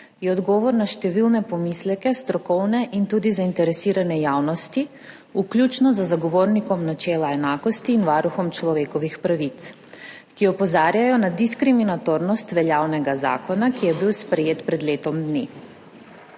je odgovor na številne pomisleke strokovne in tudi zainteresirane javnosti, vključno z Zagovornikom načela enakosti in Varuhom človekovih pravic, ki opozarjajo na diskriminatornost veljavnega zakona, ki je bil sprejet pred letom dni.